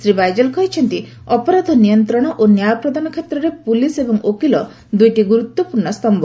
ଶ୍ରୀ ବାଇଜଲ୍ କହିଛନ୍ତି ଅପରାଧ ନିୟନ୍ତ୍ରଣ ଓ ନ୍ୟାୟ ପ୍ରଦାନ କ୍ଷେତ୍ରରେ ପୁଲିସ୍ ଏବଂ ଓକିଲ ଦୁଇଟି ଗୁରୁତ୍ୱପୂର୍ଣ୍ଣ ସମ୍ଭ